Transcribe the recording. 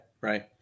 Right